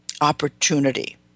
opportunity